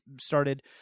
started